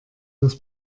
das